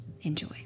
Enjoy